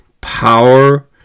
power